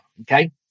Okay